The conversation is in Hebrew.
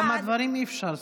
כמה דברים אי-אפשר.